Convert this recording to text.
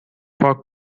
پاک